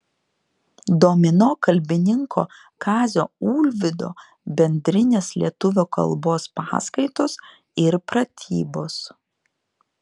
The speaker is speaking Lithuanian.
domino kalbininko kazio ulvydo bendrinės lietuvių kalbos paskaitos ir pratybos